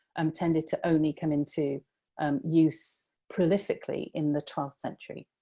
um tended to only come into um use prolifically in the twelfth century.